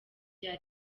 rya